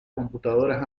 computadoras